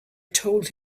told